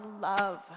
love